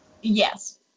Yes